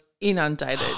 inundated